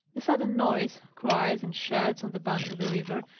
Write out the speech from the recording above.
a sudden noise! cries and shouts on the banks of the river,